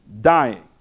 dying